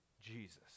Jesus